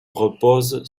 reposent